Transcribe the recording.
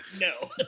No